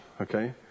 Okay